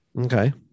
Okay